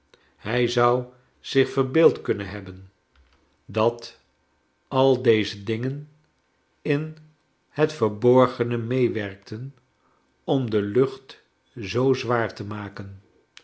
hij zou zich verbeeld kunnen hebcharles dickens ben dat al deze dingert in het verborgene meewerkten om de lucht zoo zwaar te maken